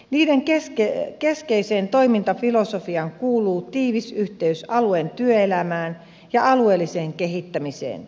niiden keskeiseen toimintafilosofiaan kuuluu tiivis yhteys alueen työelämään ja alueelliseen kehittämiseen